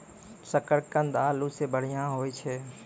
शकरकंद आलू सें बढ़िया होय छै